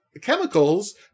chemicals